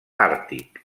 àrtic